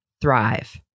Thrive